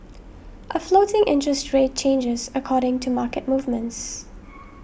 a floating interest rate changes according to market movements